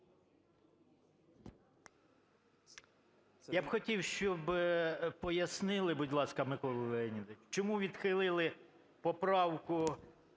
Я б хотів, щоб пояснили, будь ласка, Микола Леонідович, чому відхилили поправку